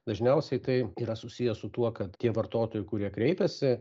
dažniausiai tai yra susiję su tuo kad tie vartotojai kurie kreipiasi